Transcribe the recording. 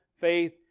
faith